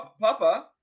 Papa